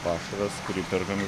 pašaras kurį perkame